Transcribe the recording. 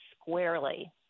squarely